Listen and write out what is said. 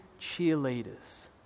cheerleaders